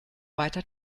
weiter